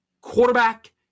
quarterback